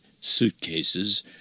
suitcases